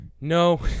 No